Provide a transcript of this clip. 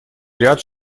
ряд